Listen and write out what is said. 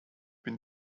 been